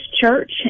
church